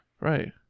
right